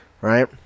right